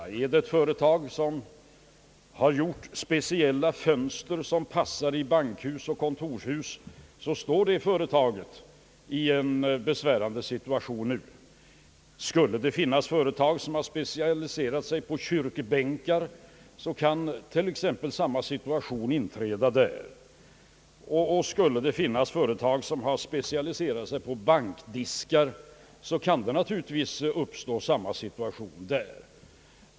Rör det sig om ett företag som har tillverkat speciella fönster som passar i bankhus och kontorshus, så står det företaget i en besvärande situation nu. Skulle det finnas företag som har specialiserat sig på kyrkbänkar, så kan samma situation inträda där, och skulle det finnas företag som har specialiserat sig på bankdiskar, så kunde det naturligtvis uppstå samma situation där.